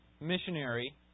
missionary